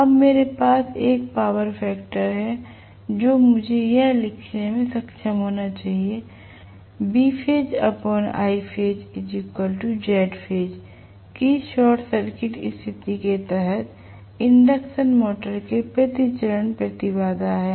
अब मेरे पास एक पावर फैक्टर है जो मुझे यह लिखने में सक्षम होना चाहिए कि शॉर्ट सर्किट स्थिति के तहत इंडक्शन मोटर के प्रति चरण प्रतिबाधा है